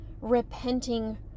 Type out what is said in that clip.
repenting